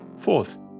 Fourth